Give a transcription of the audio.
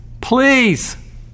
please